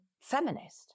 feminist